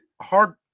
Hard